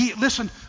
listen